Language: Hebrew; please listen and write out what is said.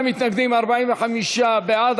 62 מתנגדים, 45 בעד.